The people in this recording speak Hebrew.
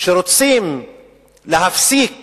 שרוצים להפסיק